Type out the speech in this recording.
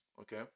okay